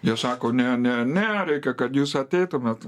jie sako ne ne ne reikia kad jūs ateitumėt